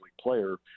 player